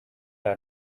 are